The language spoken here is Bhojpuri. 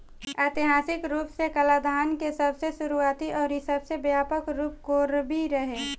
ऐतिहासिक रूप से कालाधान के सबसे शुरुआती अउरी सबसे व्यापक रूप कोरवी रहे